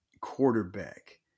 Quarterback